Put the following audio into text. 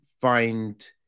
find